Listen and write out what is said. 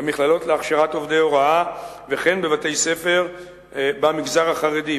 במכללות להכשרת עובדי הוראה וכן בבתי-ספר במגזר החרדי.